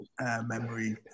memory